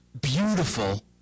beautiful